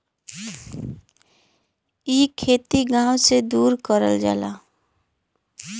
इ खेती गाव से दूर करल जाला